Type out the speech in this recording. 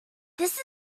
this